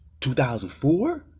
2004